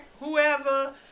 Whoever